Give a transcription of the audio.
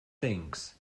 thinks